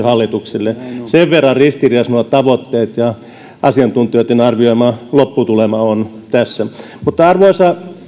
hallitukselle sen verran ristiriidassa nuo tavoitteet ja asiantuntijoitten arvioima lopputulema tässä on mutta arvoisa